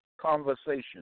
conversation